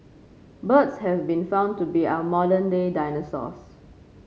birds have been found to be our modern day dinosaurs